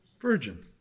virgin